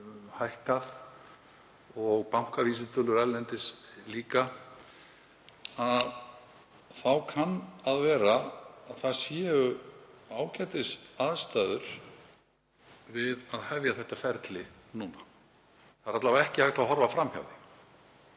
hækkað og bankavísitölur erlendis líka, þá kann að vera að það séu ágætisaðstæður til að hefja þetta ferli núna. Það er alla vega ekki hægt að horfa fram hjá því.